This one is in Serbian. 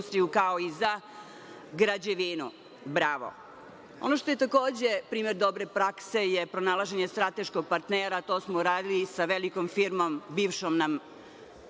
kao i za građevinu. Bravo. Ono što je takođe primer dobre prakse je pronalaženje strateškog partnera. To smo uradili i sa velikom firmom, bivšom nam,